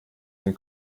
den